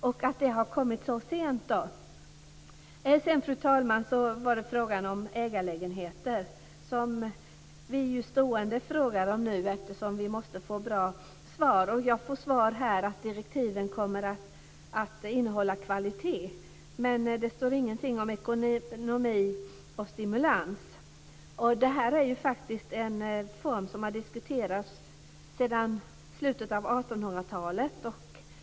Det har alltså kommit så sent. Sedan, fru talman, var det frågan om ägarlägenheter. Vi frågar ju nu stående om detta eftersom vi måste få bra svar. Jag får till svar att direktiven kommer att innehålla kvalitet. Men det står ingenting om ekonomi och stimulans. Det här är faktiskt en form som har diskuterats sedan slutet av 1800-talet.